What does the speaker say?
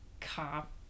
cop